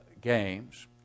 games